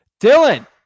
Dylan